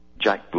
jackboot